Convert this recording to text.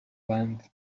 lamb